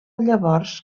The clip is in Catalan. llavors